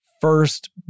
first